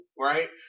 right